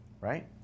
right